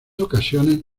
ocasiones